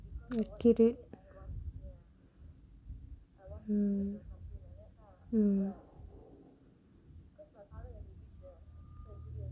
mm mm